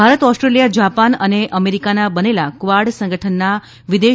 Bharat Australia Japan અને અમેરિકાના બંનેલા ક્વાર્ડ સંગઠનના વિદેશ